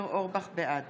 בעד